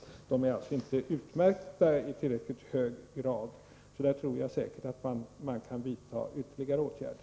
De är alltså inte i tillräckligt hög grad utmärkta. Där tror jag säkert att man kan vidta ytterligare åtgärder.